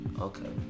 okay